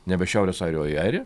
nebe šiaurės airiją o į airiją